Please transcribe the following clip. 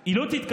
היא לא תתקבל.